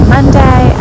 Monday